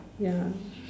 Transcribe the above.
ya